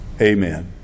amen